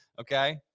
Okay